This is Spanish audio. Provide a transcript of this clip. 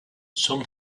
son